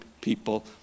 people